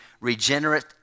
regenerate